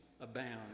abound